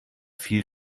viel